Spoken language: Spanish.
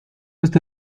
está